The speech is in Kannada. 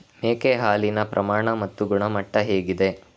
ಮೇಕೆ ಹಾಲಿನ ಪ್ರಮಾಣ ಮತ್ತು ಗುಣಮಟ್ಟ ಹೇಗಿದೆ?